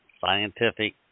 scientific